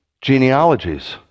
genealogies